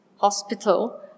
Hospital